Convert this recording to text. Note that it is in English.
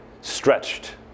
stretched